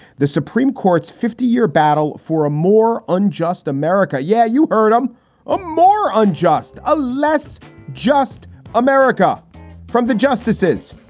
the supreme court's fifty year battle for a more unjust america. yeah, you, erdem. um a more unjust, a less just america from the justices.